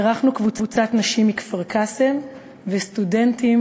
ואירחנו קבוצת נשים מכפר-קאסם וסטודנטים